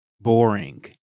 boring